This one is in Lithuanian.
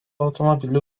automobilių